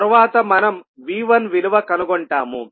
తర్వాత మనం V1 విలువ కనుగొంటాము